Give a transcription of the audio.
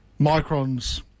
microns